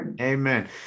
amen